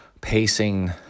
pacing